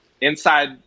Inside